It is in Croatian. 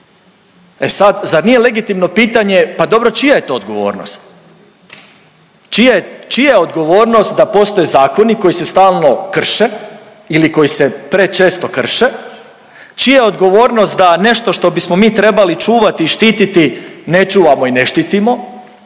E sad, zar nije legitimno pitanje, pa dobro čija je to odgovornost? Čija je odgovornost da postoje zakoni koji se stalno krše ili koji se prečesto krše, čija je odgovornost da nešto što bismo mi trebali čuvati i štititi ne čuvamo i ne štitimo,